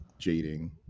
jading